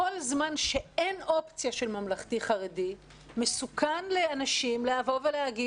כל זמן שאין אופציה של ממלכתי-חרדי מסוכן לאנשים להגיד: